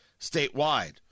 statewide